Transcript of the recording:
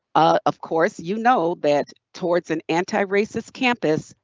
ah of course you know that towards an anti racist campus,